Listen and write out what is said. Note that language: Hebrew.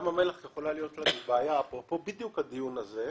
בים המלח יכולה להיות בעיה בדיוק אפרופו הדיון הזה,